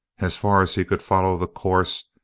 as far as he could follow the course,